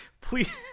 please